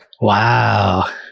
wow